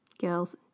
Girls